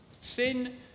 Sin